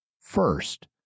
First